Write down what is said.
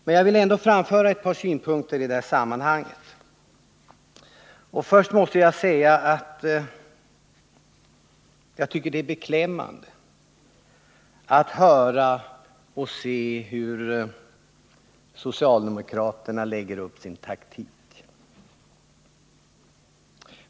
Men jag vill ändå framföra ett par synpunkter i det här sammanhanget. Först måste jag säga att jag tycker att det är beklämmande att höra och se hur socialdemokraterna lägger upp sin taktik.